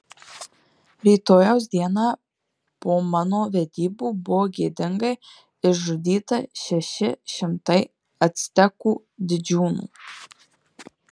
rytojaus dieną po mano vedybų buvo gėdingai išžudyta šeši šimtai actekų didžiūnų